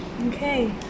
Okay